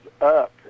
up